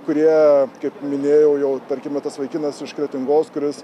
kurie kaip minėjau jau tarkime tas vaikinas iš kretingos kuris